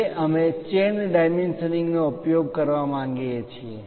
હવે અમે ચેન ડાયમેન્શનિંગનો ઉપયોગ કરવા માંગીએ છીએ